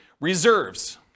reserves